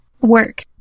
work